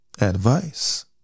Advice